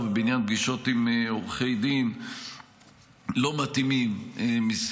ובעניין פגישות עם עורכי דין לא מתאימים למקרה הזה,